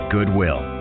Goodwill